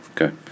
Okay